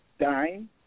Dying